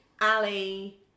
Ali